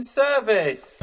service